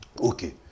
Okay